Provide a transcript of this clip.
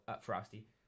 Frosty